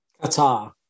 Qatar